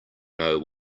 know